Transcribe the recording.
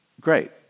Great